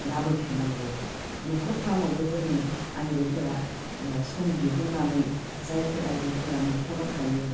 लाबोफिननांगौ न'खरफ्रामावबो जोेंनि आइजोफोरा सम दिहुननानै जायफोर आइजोफोरा न'खराव थायो